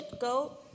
go